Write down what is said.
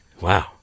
Wow